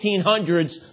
1800s